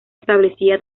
establecía